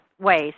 ways